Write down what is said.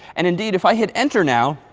and indeed, if i hit enter now,